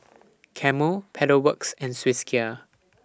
Camel Pedal Works and Swissgear